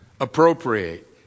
appropriate